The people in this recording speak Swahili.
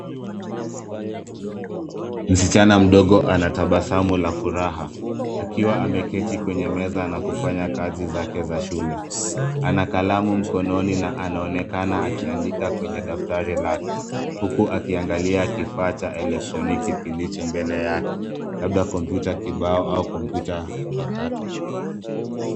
Msichana mdogo ana tabasamu la furaha akiwa ameketi kwenye meza na kufanya kazi zake za shule. Ana kalamu mkononi na anaonekana akiandika kwenye daftari lake, huku akiangalia kifaa cha kielektroniki kilicho mbele yake. Labda kompyuta kibao au kompyuta mpakato.